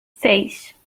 seis